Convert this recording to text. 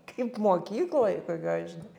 kaip mokykloj kokioj žinok